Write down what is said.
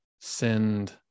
send